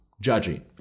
judging